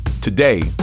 Today